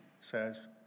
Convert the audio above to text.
says